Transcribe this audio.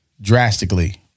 drastically